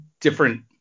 different